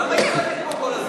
למה היא צועקת פה כל הזמן?